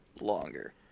longer